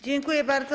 Dziękuję bardzo.